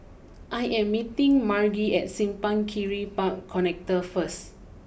I am meeting Margie at Simpang Kiri Park Connector first